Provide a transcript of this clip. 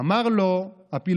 אמר לו הפילוסוף,